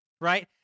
right